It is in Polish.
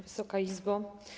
Wysoka Izbo!